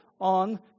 on